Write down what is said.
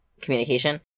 communication